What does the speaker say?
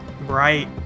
Right